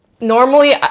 normally